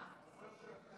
כן.